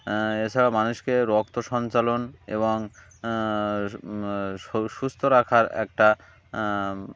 এছাড়া মানুষকে রক্ত সঞ্চালন এবং সুস্থ রাখার একটা